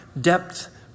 depth